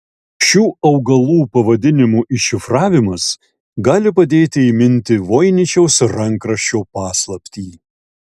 šių augalų pavadinimų iššifravimas gali padėti įminti voiničiaus rankraščio paslaptį